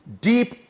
deep